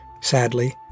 Sadly